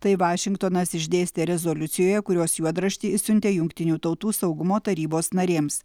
tai vašingtonas išdėstė rezoliucijoje kurios juodraštį išsiuntė jungtinių tautų saugumo tarybos narėms